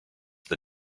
the